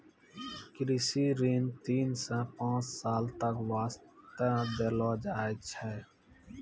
कृषि ऋण तीन सॅ पांच साल तक वास्तॅ देलो जाय छै